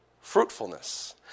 fruitfulness